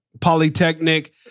Polytechnic